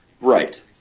Right